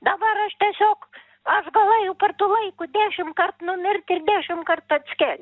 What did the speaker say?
dabar aš tiesiog aš galvojau per tų laikų dešim kart numirt ir dešim kart atskelt